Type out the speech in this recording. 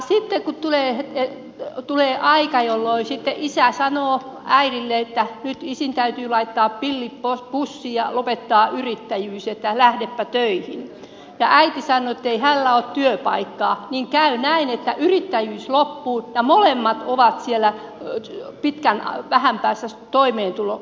sitten kun tulee aika jolloin isä sanoo äidille että nyt isin täytyy laittaa pillit pussiin ja lopettaa yrittäjyys että lähdepä töihin ja äiti sanoo ettei hänellä ole työpaikkaa niin käy näin että yrittäjyys loppuu ja molemmat ovat vähän päästä toimeentuloluukulla